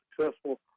successful